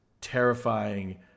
terrifying